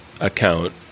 account